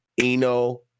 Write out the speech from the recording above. Eno